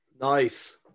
Nice